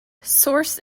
source